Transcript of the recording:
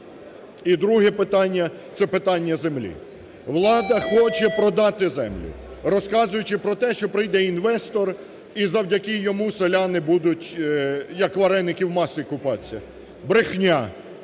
І друге питання – це питання землі. Влада хоче продати землю, розказуючи про те, що прийде інвестор і завдяки йому селяни будуть як вареники в маслі купатися. Брехня!